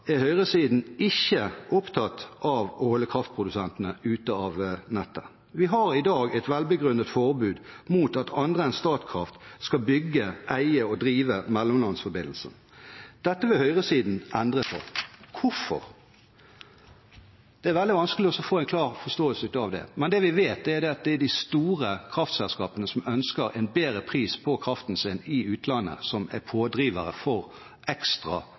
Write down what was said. er høyresiden ikke opptatt av å holde kraftprodusentene ute av nettet. Vi har i dag et velbegrunnet forbud mot at andre enn Statkraft skal bygge, eie og drive mellomlandsforbindelser. Dette vil høyresiden endre på. Hvorfor? Det er det veldig vanskelig å få en veldig klar forståelse av. Men det vi vet, er at det er de store kraftselskapene som ønsker en bedre pris på kraften sin i utlandet, som er pådrivere for ekstra